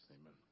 Amen